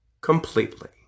completely